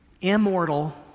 Immortal